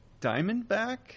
Diamondback